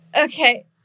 okay